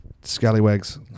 scallywags